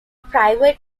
private